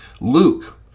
Luke